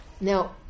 Now